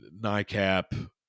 NICAP